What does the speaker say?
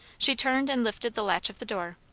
she turned and lifted the latch of the door.